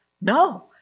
No